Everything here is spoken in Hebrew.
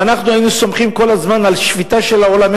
ואם אנחנו היינו סומכים כל הזמן על שפיטה של העולם,